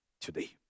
today